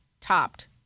topped